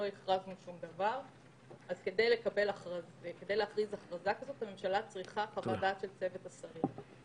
הממשלה כדי להכריז הכרזה כזאת צריכה חוות דעת של צוות השרים.